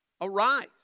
arise